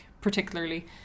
particularly